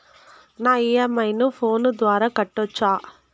నా ఇ.ఎం.ఐ ను ఫోను ద్వారా కట్టొచ్చా?